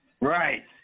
Right